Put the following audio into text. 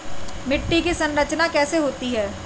मिट्टी की संरचना कैसे होती है?